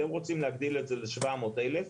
אתם רוצים להגדיל את זה ל-700 אלף,